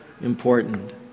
important